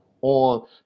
On